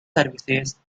services